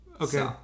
Okay